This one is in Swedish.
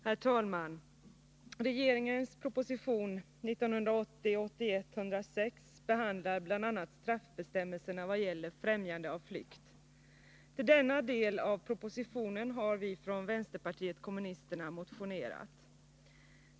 Herr talman! Regeringens proposition 1980/81:106 behandlar bl.a. straffbestämmelserna i vad gäller främjande av flykt. Till denna del av propositionen har vi från vänsterpartiet kommunisterna motionerat.